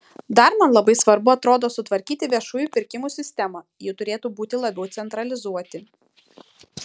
dar man labai svarbu atrodo sutvarkyti viešųjų pirkimų sistemą ji turėtų būti labiau centralizuoti